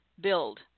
build